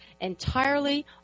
entirely